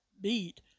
beat